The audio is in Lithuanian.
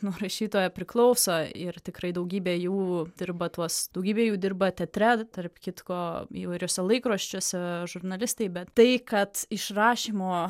nuo rašytojo priklauso ir tikrai daugybė jų dirba tuos daugybė jų dirba teatre tarp kitko įvairiuose laikraščiuose žurnalistai bet tai kad iš rašymo